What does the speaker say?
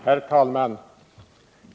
Herr talman!